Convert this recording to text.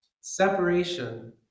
Separation